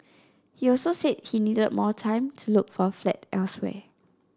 he also said he needed more time to look for a flat elsewhere